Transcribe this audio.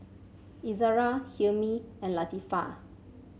Izzara Hilmi and Latifa